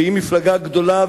שהיא מפלגה גדולה,